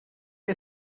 you